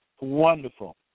wonderful